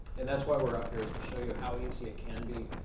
and that's why we're up here is to show you how easy it can be,